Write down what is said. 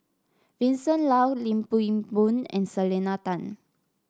Vincent Leow Lim Boon and Selena Tan